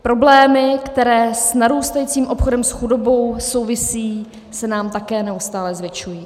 Problémy, které s narůstajícím obchodem s chudobou souvisejí, se nám také neustále zvětšují.